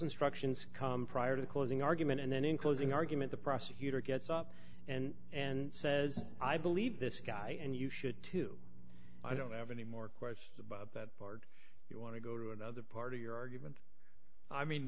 instructions come prior to closing argument and then in closing argument the prosecutor gets up and and says i believe this guy and you should too i don't have any more questions about that board you want to go to another part of your argument i mean